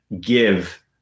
give